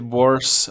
worse